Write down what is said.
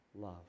love